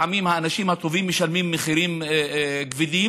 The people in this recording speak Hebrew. לפעמים האנשים הטובים משלמים מחירים כבדים,